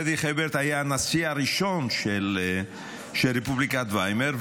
פרידריך אברט היה הנשיא הראשון של רפובליקת ויימאר,